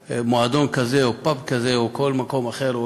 מועדון כזה או פאב כזה או כל מקום אחר,